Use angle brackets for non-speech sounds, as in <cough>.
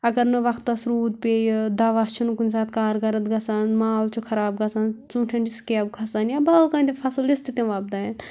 اَگر نہٕ وقتَس روٗد پیٚیہِ دوا چھُنہٕ کُنہِ ساتہٕ کارگرٕد گژھان مال چھُ خراب گژھان ژوٗنٛٹھٮ۪ن چھُ سٕکیب کھَسان یا <unintelligible> تہِ فصٕل یُس تہٕ تِم وۄپدایَن